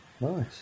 nice